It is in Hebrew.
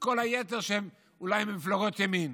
כל היתר שהם אולי ממפלגות ימין.